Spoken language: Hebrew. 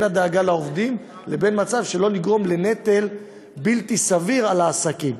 הדאגה לעובדים לבין מצב שלא נגרום לנטל בלתי סביר על העסקים.